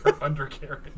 undercarriage